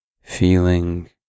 feeling